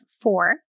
four